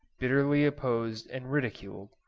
bitterly opposed and ridiculed,